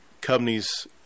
companies